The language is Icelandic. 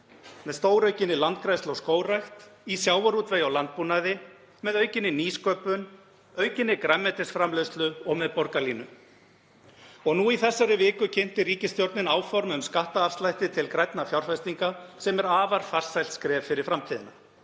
með stóraukinni landgræðslu og skógrækt, í sjávarútvegi og landbúnaði, með aukinni nýsköpun, aukinni grænmetisframleiðslu og með borgarlínu. Nú í þessari viku kynnti ríkisstjórnin áform um skattafslætti til grænna fjárfestinga sem er afar farsælt skref fyrir framtíðina.